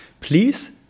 please